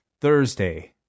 Thursday